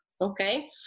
Okay